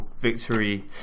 victory